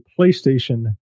PlayStation